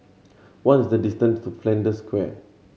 what is the distance to Flanders Square